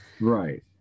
Right